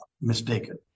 mistaken